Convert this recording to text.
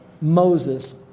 Moses